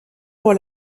pour